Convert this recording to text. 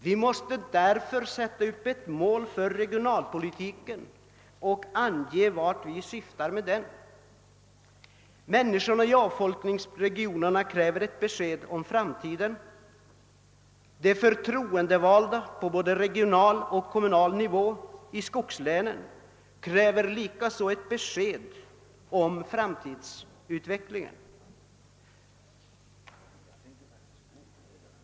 Vi måste därför sätta upp ett mål för regionalpolitiken och ange vart vi syftar med den. Människorna i avfolkningsregionerna kräver ett besked om framtiden. De förtroendevalda på både regional och kommunal nivå i skogslänen kräver likaså ett besked om framtidsutvecklingen.